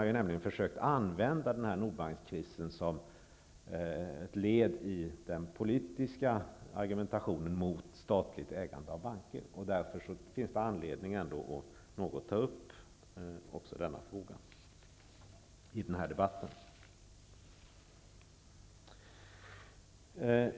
Man har nämligen försökt använda Nordbankskrisen som ett led i den politiska argumentationen mot statligt ägande av banker. Därför finns det anledning att också ta upp denna fråga något i den här debatten.